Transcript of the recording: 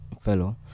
fellow